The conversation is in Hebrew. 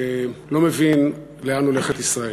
לא מבין לאן הולכת ישראל.